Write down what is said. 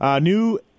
New